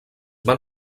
van